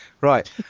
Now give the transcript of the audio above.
right